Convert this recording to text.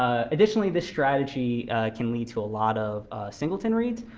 ah additionally, this strategy can lead to a lot of singleton reads.